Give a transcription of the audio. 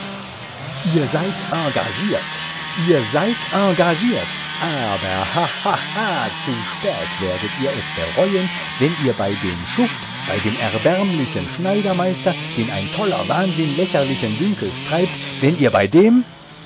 ihr seid engagiert ihr seid engagiert aber ha ha ha zu spät werdet ihr es bereuen wenn ihr bei dem schuft bei dem erbärmlichen schneidermeister den ein toller wahnsinn lächerlichen dünkels treibt wenn ihr bei dem